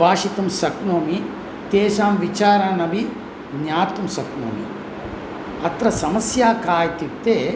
भाषितुं शक्नोमि तेषां विचारानपि ज्ञातुं शक्नोमि अत्र समस्या का इत्युक्ते